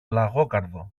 λαγόκαρδο